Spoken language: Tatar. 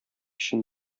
өчен